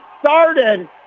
started